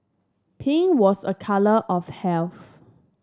pink was a colour of health